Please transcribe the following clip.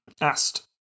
asked